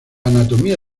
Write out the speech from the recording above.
anatomía